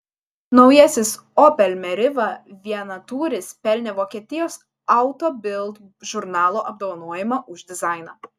naujasis opel meriva vienatūris pelnė vokietijos auto bild žurnalo apdovanojimą už dizainą